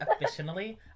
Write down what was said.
officially